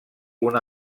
una